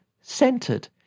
centered